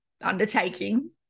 undertaking